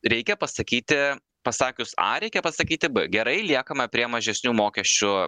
reikia pasakyti pasakius a reikia pasakyti b gerai liekame prie mažesnių mokesčių